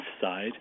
side